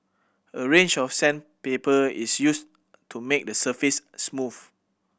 a range of sandpaper is used to make the surface smooth